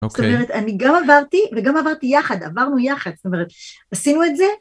זאת אומרת, אני גם עברתי וגם עברתי יחד, עברנו יחד, זאת אומרת, עשינו את זה.